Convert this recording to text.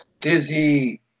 Dizzy